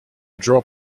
drop